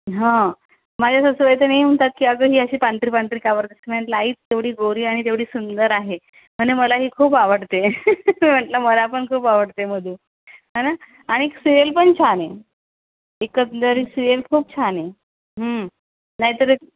हा माझ्या सासूबाई तर नेहमी म्हणतात अग ही अशी पांढरी पांढरी का बरं दिसते म्हटलं आई ती तेवढी गोरी आणि तेवढी सुंदर आहे म्हणे मला ही खूप आवडते म्हटलं मलाही खूप आवडते मधु आहे ना आणि सिरीयल पण छान हे एकंदरीत सिरीयल खूप छान आहे नाही तर एक